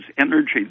energy